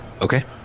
Okay